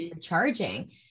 charging